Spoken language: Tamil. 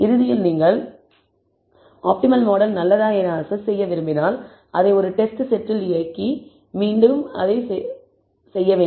இறுதியாக நீங்கள் உங்கள் ஆப்டிமல் மாடல் நல்லதா என அசஸ் செய்ய விரும்பினால் நீங்கள் அதை ஒரு டெஸ்ட் செட்டில் இயக்க வேண்டும்